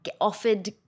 offered